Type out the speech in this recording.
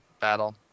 battle